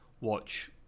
watch